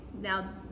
now